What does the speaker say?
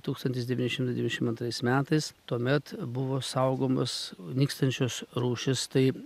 tūkstantis devyni šimtai devyniasdešim antrais metais tuomet buvo saugomos nykstančios rūšys tai